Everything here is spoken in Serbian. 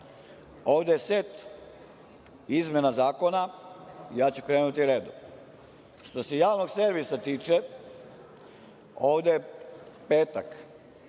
Ovde je set izmena zakona i ja ću krenuti redom. Što se Javnog servisa tiče, ovde je u petak